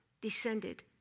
descended